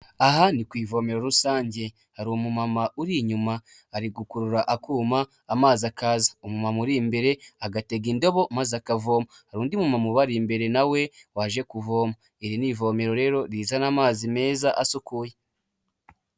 Aha ni ku ivomero rusange, hari umumama uri inyuma ari gukurura akuma amazi akaza, umumama uri imbere agatega indabo maze akavoma, hari undi mu mu mama ubariri imbere na we waje kuvoma, iri ni ivomero rero rizana amazi meza asukuye.